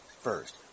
first